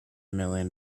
million